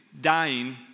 dying